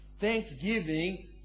Thanksgiving